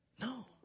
No